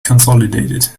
consolidated